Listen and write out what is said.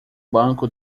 banco